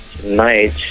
tonight